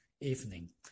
evening